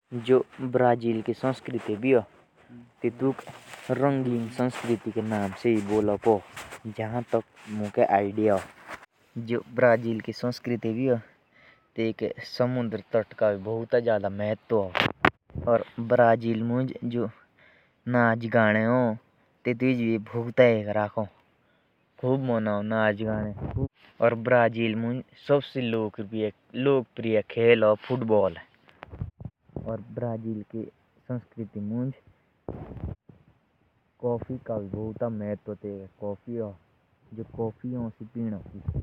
जो ब्रजील की संस्कृति ह। वा सुमंदर तट के इस्थित ह और वा खेल कूद भी मनाए जाते ह।